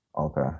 Okay